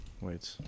wait